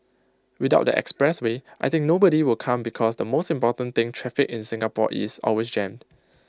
without the expressway I think nobody will come because the most important thing traffic in Singapore is always jammed